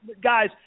guys